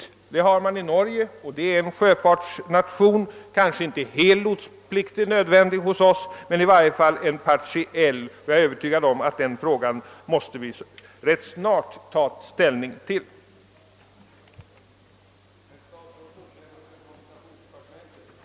En sådan har man i Norge, som ju är en sjöfartsnation. Hos oss är kanske inte fullständig lotsplikt nödvändig, men i varje fall partiell. Jag är övertygad om att vi rätt snart måste ta ställning till den frågan.